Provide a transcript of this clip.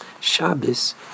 Shabbos